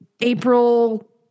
April